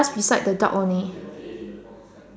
just beside the dog only